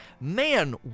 man